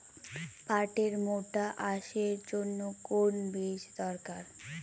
পাটের মোটা আঁশের জন্য কোন বীজ দরকার?